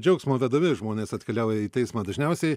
džiaugsmo vedami žmonės atkeliauja į teismą dažniausiai